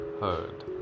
heard